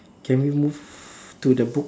can we move to the book